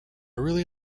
really